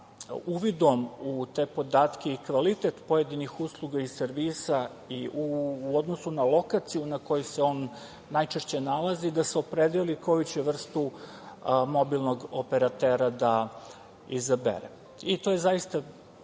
uvidom u te podatke i kvalitet pojedinih usluga i servisa u odnosu na lokaciju na kojoj se on najčešće nalazi, opredeli koju će vrstu mobilnog operatera da izabere. To je zaista,